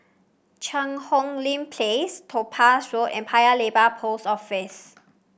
Cheang Hong Lim Place Topaz Road and Paya Lebar Post Office